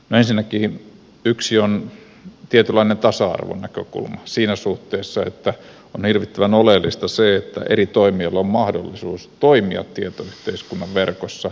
ensinnäkin yksi on tietynlainen tasa arvon näkökulma siinä suhteessa että on hirvittävän oleellista se että eri toimijoilla on mahdollisuus toimia tietoyhteiskunnan verkossa